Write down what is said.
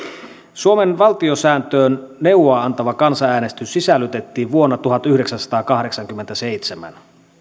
suomen valtiosääntöön neuvoa antava kansanäänestys sisällytettiin vuonna tuhatyhdeksänsataakahdeksankymmentäseitsemän